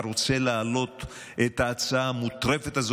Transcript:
אתה רוצה להעלות את ההצעה המוטרפת הזאת,